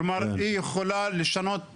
כלומר היא יכולה לשנות החלטות.